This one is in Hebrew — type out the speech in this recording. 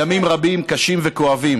ימים רבים, קשים וכואבים.